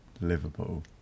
Liverpool